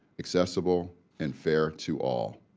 accessible, and fair to all.